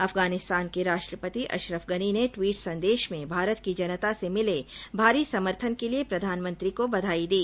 अफगानिस्तान के राष्ट्रपति अशरफ गनी ने ट्वीट संदेश में भारत की जनता से मिले भारी समर्थन के लिए प्रधानमंत्री को बधाई दी